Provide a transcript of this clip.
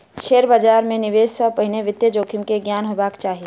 share बाजार मे निवेश से पहिने वित्तीय जोखिम के ज्ञान हेबाक चाही